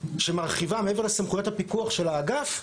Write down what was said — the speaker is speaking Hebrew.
שמרחיבה מעבר לסמכויות הפיקוח של האגף,